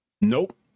Nope